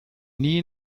nie